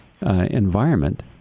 environment